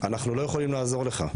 אנחנו לא יכולים לעזור לך,